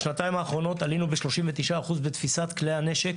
בשנתיים האחרונות עלינו ב-39% בתפיסת כלי הנשק